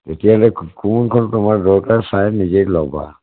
তেতিয়াহ'লে কোনখন তোমাৰ দৰকাৰ চাই নিজেই ল'বা